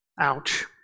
ouch